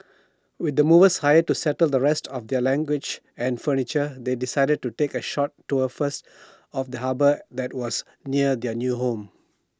with the movers hired to settle the rest of their luggage and furniture they decided to take A short tour first of the harbour that was near their new home